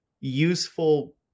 useful